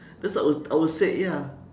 that's what I will I will say ya